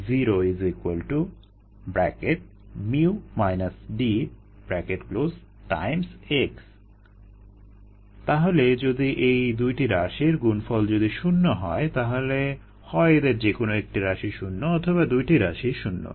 0 𝑥 তাহলে যদি এই দুইটি রাশির গুণফল যদি শূণ্য হয় তাহলে হয় এদের যেকোনো একটি রাশি শূণ্য অথবা দুইটি রাশিই শূণ্য